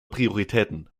prioritäten